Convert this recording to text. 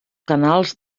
canals